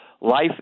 Life